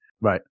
right